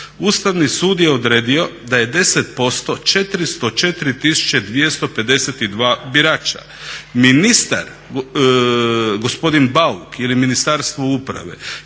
Ustavni sud je odredio da je 10% 404 252 birača.